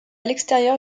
l’extérieur